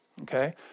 Okay